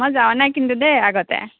মই যোৱা নাই কিন্তু দেই আগতে